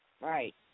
Right